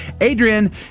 Adrian